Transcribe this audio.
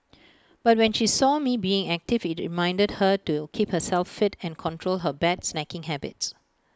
but when she saw me being active IT reminded her to keep herself fit and control her bad snacking habits